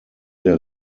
der